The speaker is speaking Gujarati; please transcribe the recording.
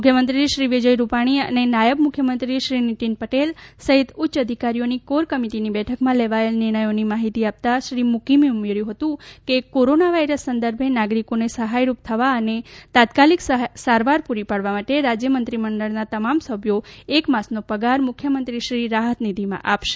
મુખ્યમંત્રી શ્રી વિજય રૂપાણી અને નાયબ મુખ્યમંત્રી શ્રી નીતિન પટેલ સહિત ઉચ્ય અધિકારીઓની કોર કમિટીની બેઠકમાં લેવાયેલ નિર્ણયોની માહિતી આપતા શ્રી મૂકીમે ઉમેર્થ્ય હતું કે કોરોના વાયરસ સંદર્ભે નાગરિકોને સહાયરૂપ થવા અને તાત્કાલિક સારવાર પૂરી પાડવા માટે રાજ્ય મંત્રીમંડળના તમામ સભ્યો એક માસનો પગાર મુખ્યમંત્રીશ્રી રાહતનિધિમાં આપશે